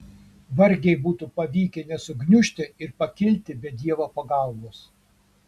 vargiai būtų pavykę nesugniužti ir pakilti be dievo pagalbos